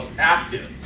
active.